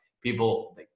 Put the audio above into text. people